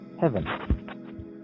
heaven